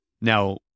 Now